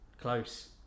Close